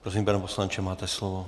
Prosím, pane poslanče, máte slovo.